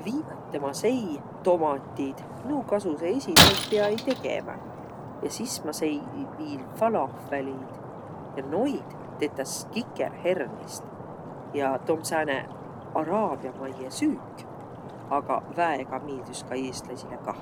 Viimäte ma sei tomatiid. Nuuq kasusõq esiq, noid piä eiq tegemä. Ja sis ma sei viil falafeliid. Ja noid tetäs kikerhernist. Ja tuu om sääne araabiamaiõ süük, agaq väega miildüs ka eestäisile kah.